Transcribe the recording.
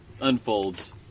unfolds